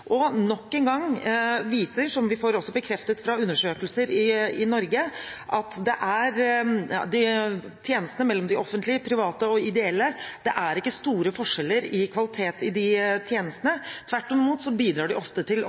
som nok en gang viser, noe vi også får bekreftet fra undersøkelser i Norge, at det ikke er store forskjeller i kvaliteten på tjenestene fra det offentlige, de private og de ideelle. Tvert imot bidrar de ofte til